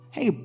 Hey